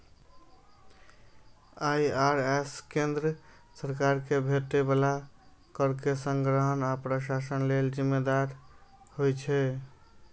IRS केंद्र सरकार कें भेटै बला कर के संग्रहण आ प्रशासन लेल जिम्मेदार होइ छै